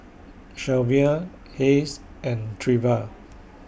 Shelvia Hayes and Treva